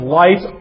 light